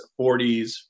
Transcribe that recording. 40s